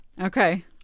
Okay